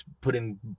putting